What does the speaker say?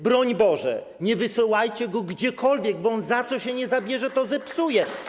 Broń Boże, nie wysyłajcie go dokądkolwiek, bo on za co się zabierze, to zepsuje.